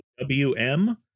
WM